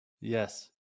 Yes